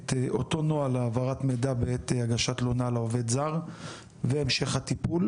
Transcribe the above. אותו נוהל העברת המידע בעת הגשת תלונה לעובד זר והמשך הטיפול.